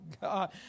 God